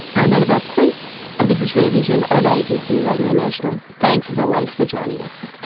i'm annabelle quince and this is rear vision on abc radio national. thanks as always for joining us